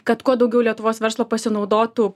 kad kuo daugiau lietuvos verslo pasinaudotų